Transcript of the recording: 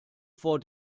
vor